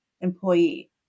employee